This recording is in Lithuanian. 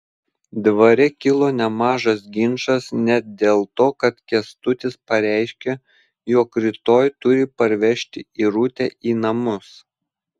dvare kilo nemažas ginčas net dėl to kad kęstutis pareiškė jog rytoj turi parvežti irutę į namus